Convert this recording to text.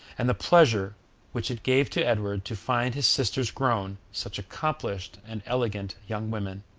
and the pleasure which it gave to edward to find his sisters grown such accomplished and elegant young women.